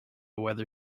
weather